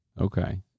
Okay